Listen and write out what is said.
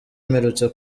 mperutse